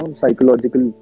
psychological